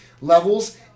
levels